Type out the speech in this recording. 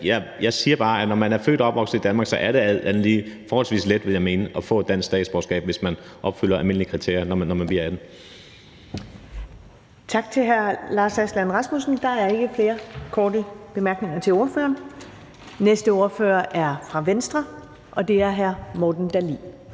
jeg vil mene, at når man er født og opvokset i Danmark, er det alt andet lige forholdsvis let at få et dansk statsborgerskab, hvis man opfylder de almindelige kriterier, når man bliver 18.